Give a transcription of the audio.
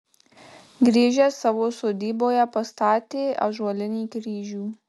grįžęs savo sodyboje pastatė ąžuolinį kryžių